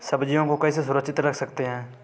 सब्जियों को कैसे सुरक्षित रख सकते हैं?